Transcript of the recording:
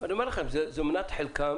זה מנת חלקם